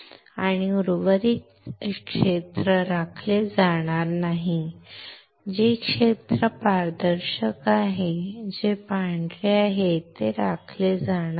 आणि उर्वरित क्षेत्र राखले जाणार नाही जे क्षेत्र पारदर्शक आहे जे पांढरे आहे ते राखले जाणार नाही